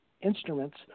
instruments